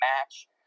match